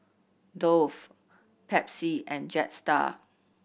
Dove Pepsi and Jetstar